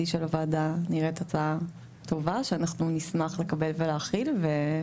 של הוועדה היא באמת הצעה טובה שאנחנו נשמח לקבל ולהחיל.